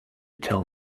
tell